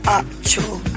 actual